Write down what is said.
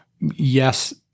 Yes